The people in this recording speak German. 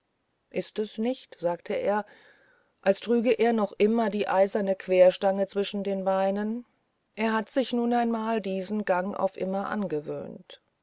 ist es nicht sagte er als trüge er noch immer die eiserne querstange zwischen den beinen er hat sich nun ein mal diesen gang auf immer angewöhnt